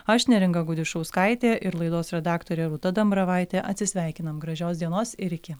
aš neringa gudišauskaitė ir laidos redaktorė rūta dambravaitė atsisveikinam gražios dienos ir iki